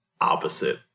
opposite